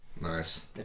Nice